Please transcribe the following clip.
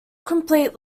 complete